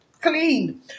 clean